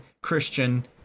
Christian